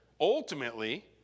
ultimately